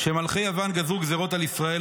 כשמלכי יוון גזרו גזרות על ישראל,